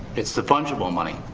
it's the fundable money,